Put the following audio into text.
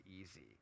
easy